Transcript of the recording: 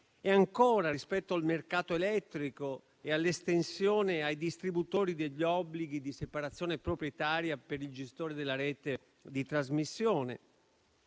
e ancora rispetto al mercato elettrico e all'estensione ai distributori degli obblighi di separazione proprietaria per i gestori della rete di trasmissione.